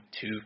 two